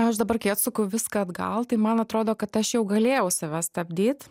aš dabar kai atsuku viską atgal tai man atrodo kad aš jau galėjau save stabdyt